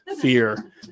fear